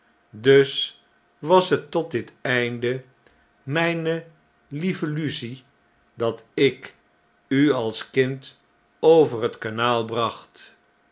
dus was het tot dit einde mjjne lieve lucie dat ik u als kind over het kanaal bracht